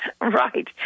Right